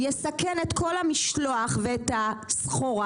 יסכן את כל המשלוח ואת הסחורה,